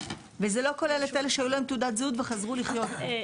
וזה לא כולל את אלו בעלי תעודת הזהות שחזרו לחיות כאן בארץ.